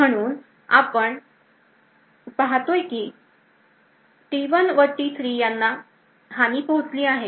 म्हणून आपण पाहतोय की T1 व T3 यांना आणि पोहोचली आहे